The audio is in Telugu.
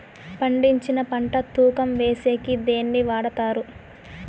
పండించిన పంట తూకం వేసేకి దేన్ని వాడతారు?